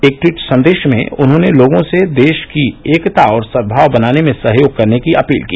एक ट्वीट संदेश में उन्हॉने लोगों से देश की एकता और सद्भाव बनाने में सहयोग करने की अपील की